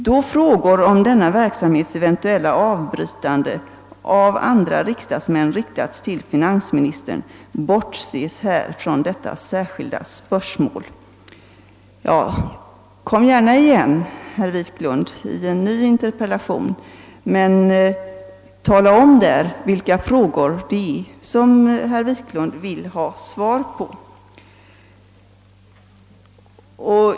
Då frågor om denna verksam hets eventuella avbrytande av andra riksdagsmän riktats till finansministern, bortses här från detta särskilda spörsmål.» Ja, kom gärna igen, herr Wiklund, i en ny interpellation men tala där om vilka frågor det är herr Wiklund vill ha svar på!